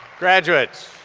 graduates.